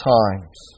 times